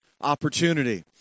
opportunity